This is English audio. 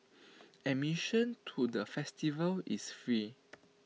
admission to the festival is free